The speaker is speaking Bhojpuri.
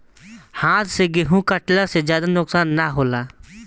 हाथ से गेंहू कटला से ज्यादा नुकसान ना होला